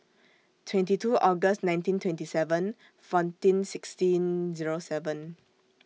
twenty two August nineteen twenty seven fourteen sixteen Zero seven